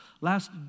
Last